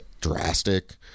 drastic